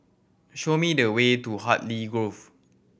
show me the way to Hartley Grove